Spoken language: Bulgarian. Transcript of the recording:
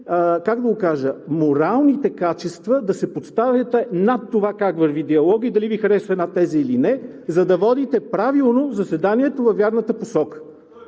как да кажа, моралните качества да се поставите над това как върви диалогът и дали Ви харесва една теза или не, за да водите правилно заседанието, във вярната посока.